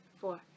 four